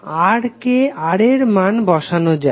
R এর মান বসানো যাক